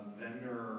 vendor